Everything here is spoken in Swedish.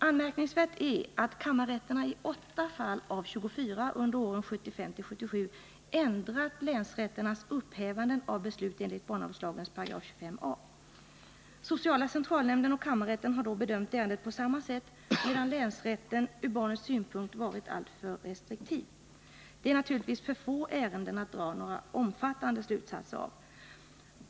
Anmärkningsvärt är att kammarrätterna i 8 fall av 24 under åren 1975-1977 ändrat länsrätternas upphävanden av beslut enligt 25 a § barnavårdslagen. Sociala centralnämnden och kammarrätten har då bedömt ärendet på samma sätt, medan länsrätten ur barnets synpunkt varit alltför restriktiv. Det är naturligtvis för få ärenden att dra några omfattande slutsatser av.